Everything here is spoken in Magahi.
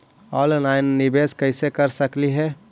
ऑनलाइन निबेस कैसे कर सकली हे?